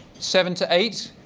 seven to eight?